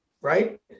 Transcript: Right